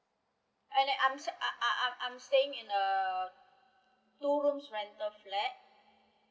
and and I'm staying I I I I'm saying in a two room rental flat